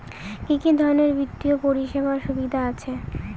কি কি ধরনের বিত্তীয় পরিষেবার সুবিধা আছে?